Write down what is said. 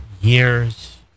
Years